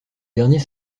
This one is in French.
dernier